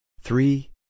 three